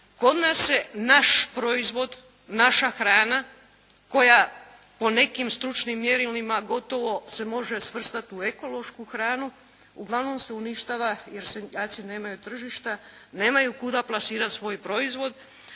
Kod nas se naš proizvod, naša hrana koja po nekim stručnim mjerilima gotovo se može svrstat u ekološku hranu, uglavnom se uništava jer seljaci nemaju tržišta, nemaju kuda plasirat svoj proizvod.